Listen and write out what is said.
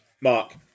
Mark